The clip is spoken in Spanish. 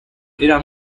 era